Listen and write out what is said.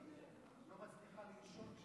איך היא לא מצליחה לנשום,